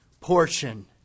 portion